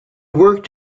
worked